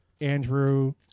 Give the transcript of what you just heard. Andrew